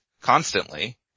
constantly